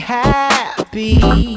happy